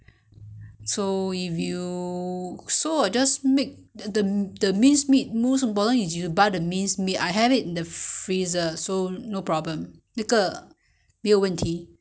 我我冰箱里面有所以你不用买只是说你要如果你要吃那个栗子什么我我就不懂如果有 oh 才可以放没有就 you know 就是只是肉而已咯